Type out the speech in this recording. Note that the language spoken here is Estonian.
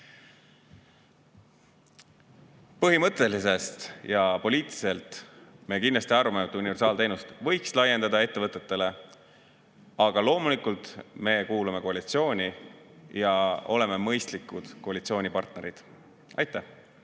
Põhimõtteliselt ja poliitiliselt me kindlasti arvame, et universaalteenust võiks laiendada ettevõtetele. Aga loomulikult, me kuulume koalitsiooni ja oleme mõistlikud koalitsioonipartnerid.